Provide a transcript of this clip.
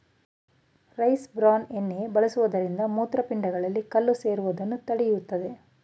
rice bran ಎಣ್ಣೆ ಬಳಸುವುದರಿಂದ ಮೂತ್ರಪಿಂಡಗಳಲ್ಲಿ ಕಲ್ಲು ಸೇರುವುದನ್ನು ತಡೆಯುತ್ತದೆ